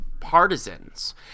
partisans